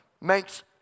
makes